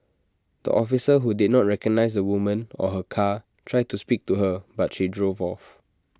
the officers who did not recognise the woman or her car tried to speak to her but she drove off